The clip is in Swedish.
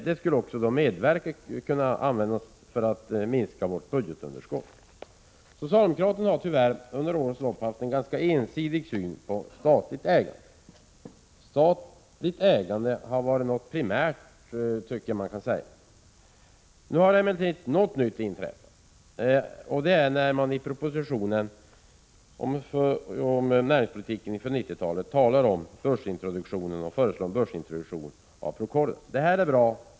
De pengarna skulle kunna användas för att minska vårt budgetunderskott. Socialdemokraterna har tyvärr under årens lopp haft en ganska ensidig syn på statligt ägande. Statligt ägande har varit något primärt, tycker jag att man kan säga. Nu har emellertid något nytt inträffat, och det är när regeringen i propositionen om näringspolitiken inför 90-talet föreslår börsintroduktion av Procordia. Det är bra.